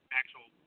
actual